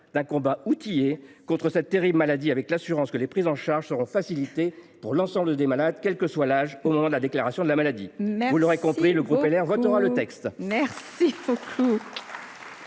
d’un combat outillé contre cette terrible maladie avec l’assurance que les prises en charge seront facilitées pour l’ensemble des malades, quel que soit l’âge au moment de la déclaration de la maladie. Il faut conclure, mon cher collègue.